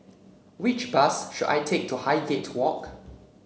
which bus should I take to Highgate Walk